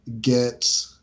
get